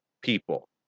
people